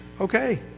Okay